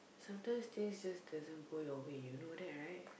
sometimes things just doesn't go your way you know that right